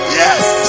yes